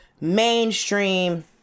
mainstream